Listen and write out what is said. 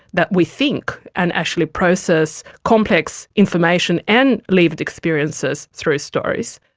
that we think and actually process complex information and lived experiences through stories.